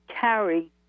carry